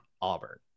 Auburn